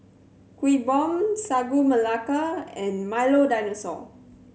Kuih Bom Sagu Melaka and Milo Dinosaur